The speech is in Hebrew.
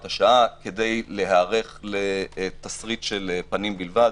השעה כדי להיערך לתסריט של פנים בלבד.